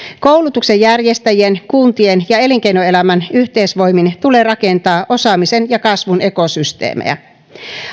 koulutuksen järjestäjien kuntien ja elinkeinoelämän yhteisvoimin tulee rakentaa osaamisen ja kasvun ekosysteemejä